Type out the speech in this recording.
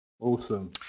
Awesome